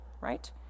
right